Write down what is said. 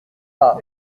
part